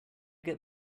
get